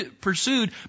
pursued